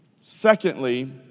Secondly